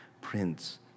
Prince